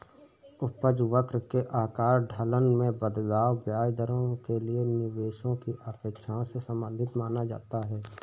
उपज वक्र के आकार, ढलान में बदलाव, ब्याज दरों के लिए निवेशकों की अपेक्षाओं से संबंधित माना जाता है